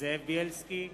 זאב בילסקי,